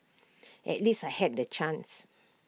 at least I had that chance